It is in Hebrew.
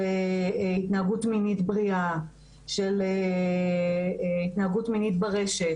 של התנהגות מינית בריאה, של התנהגות מינית ברשת.